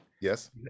Yes